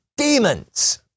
Demons